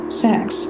sex